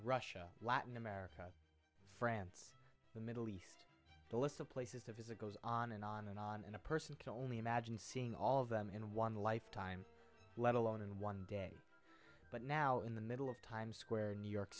russia latin america france the middle east the list of places to visit goes on and on and on and a person can only imagine seeing all of them in one lifetime let alone in one day but now in the middle of times square new york